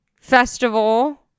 festival